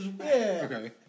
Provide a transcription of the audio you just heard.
Okay